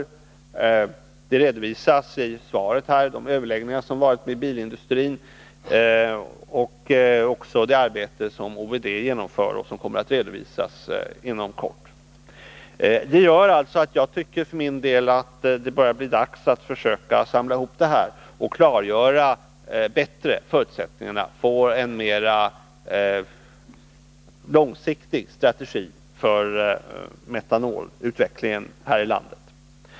I svaret redovisas de överläggningar med bilindustrin som ägt rum och det arbete som oljeersättningsdelegationen genomför och som kommer att redovisas inom kort. Detta gör att jag för min del tycker att det börjar bli dags att samla ihop materialet och bättre klargöra förutsättningarna för en mer långsiktig strategi för metanolutveckling här i landet.